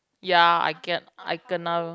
ya I get I gonna